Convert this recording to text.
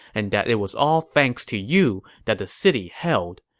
and that it was all thanks to you that the city held.